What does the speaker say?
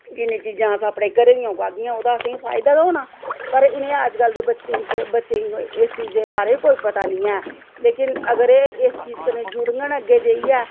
ते जिन्नी चीजां अस अपने घरें दियां उगागियां ओह्दा असेंगी फायदा गै होना पर इनें अज्जकल दे बच्चें च बच्चें गी इस चीजा बारै कोई पता नेईं ऐ लेकिन अगर एह् इस चीज कन्नै जुड़ङन अग्गें जाइयै